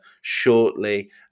shortly